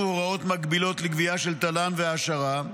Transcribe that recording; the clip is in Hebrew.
הוראות מקבילות לגבייה של תל"ן והעשרה,